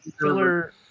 filler